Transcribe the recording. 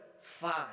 five